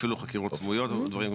ואפילו חקירות סמויות ודברים כאלה,